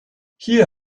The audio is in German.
hier